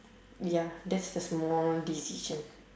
ya that's the small decision